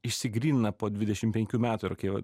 išsigrynina po dvidešim penkių metų ir kai jau